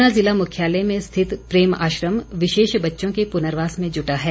ऊना जिला मुख्यालय में स्थित प्रेम आश्रम विशेष बच्चों के पुनर्वास में जुटा है